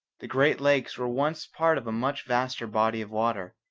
the great lakes were once part of a much vaster body of water,